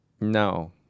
No